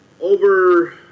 over